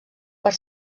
per